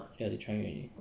ya they trying already